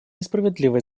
несправедливо